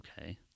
Okay